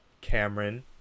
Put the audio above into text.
cameron